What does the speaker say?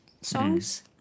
songs